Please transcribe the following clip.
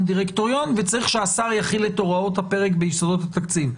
דירקטוריון וצריך שהשר יחיל את הוראות הפרק ביסודות התקציב.